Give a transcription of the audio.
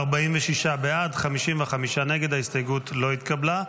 לא התקבלה.